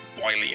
boiling